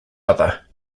other